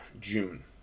june